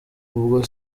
ubwo